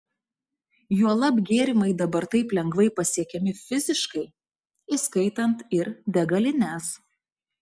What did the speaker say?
juolab gėrimai dabar taip lengvai pasiekiami fiziškai įskaitant ir degalines